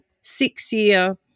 six-year